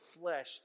flesh